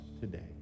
today